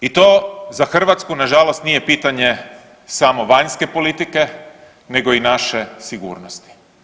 I to za Hrvatsku nažalost nije pitanje samo vanjske politike nego i naše sigurnosti.